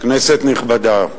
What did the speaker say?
כנסת נכבדה,